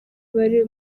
bari